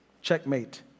Checkmate